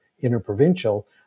interprovincial